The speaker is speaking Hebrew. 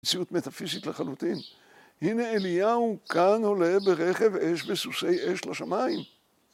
‫מציאות מטאפיזית לחלוטין. ‫הנה אליהו כאן עולה ברכב אש ‫בסוסי אש לשמיים.